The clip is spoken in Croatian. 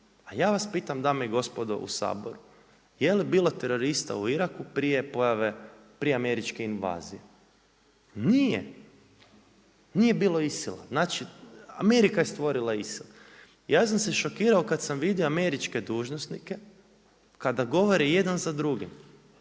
A ja vas pitam dame i gospodo u Saboru, je li bilo terorista u Iraku, prije pojave, prije američke invazije? Nije. Nije bilo ISIL-a, znači Amerika je stvorila ISIL. Ja sam se šokirao kada sam vidio američke dužnosnike, kada govore jedan za drugim,